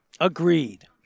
Agreed